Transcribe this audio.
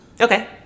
Okay